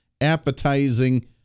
appetizing